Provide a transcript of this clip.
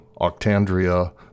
Octandria